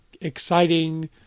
exciting